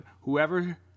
whoever